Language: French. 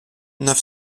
neuf